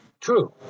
True